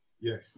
Yes